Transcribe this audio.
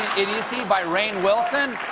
idiocy by rainn wilson?